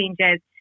changes